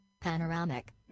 Panoramic